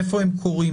איפה הם קורים,